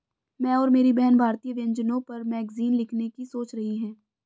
मैं और मेरी बहन भारतीय व्यंजनों पर मैगजीन लिखने की सोच रही है